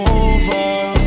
over